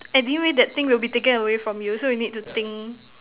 anyway that thing will be taken away from you so you need to think